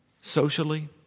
socially